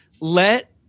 let